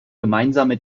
gemeinsame